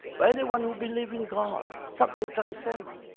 by anyone who believe in god, something transcendent.